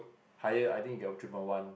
higher I think you get three point one